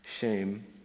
shame